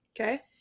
Okay